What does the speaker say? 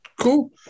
Cool